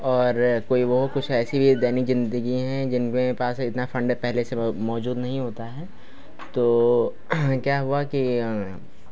और काेई बहुत कुछ ऐसी भी दैनिक जिंदगी हैं जिनके पास इतना फ़ंड पहले से वह मौजूद नहीं होता है तो क्या हुआ कि